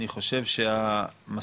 אני חושב שהמסורת,